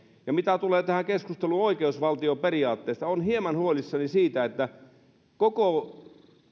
mitä tulee tähän keskusteluun oikeusvaltioperiaatteesta olen hieman huolissani koko